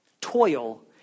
toil